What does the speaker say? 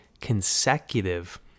consecutive